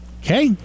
Okay